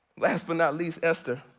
last but not least, esther.